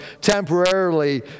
temporarily